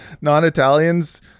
non-Italians